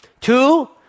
Two